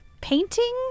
painting